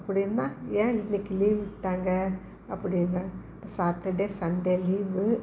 அப்படின்னா ஏன் இன்றைக்கி லீவ் விட்டாங்க அப்படின்னா இப்போ சாட்டர்டே சண்டே லீவு